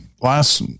Last